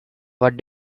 what